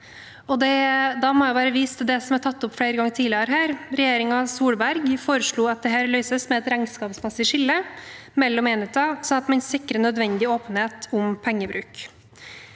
jeg vise til det som er tatt opp her flere ganger tidligere. Regjeringen Solberg foreslo at dette løses med et regnskapsmessig skille mellom enheter, slik at man sikrer nødvendig åpenhet om pengebruk.